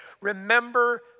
Remember